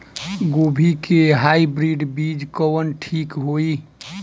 गोभी के हाईब्रिड बीज कवन ठीक होई?